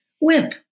whip